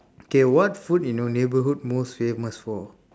okay what food in your neighbourhood most famous for